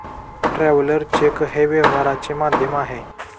traveller cheque हे व्यवहाराचे माध्यम आहे